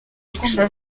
icumi